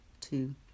two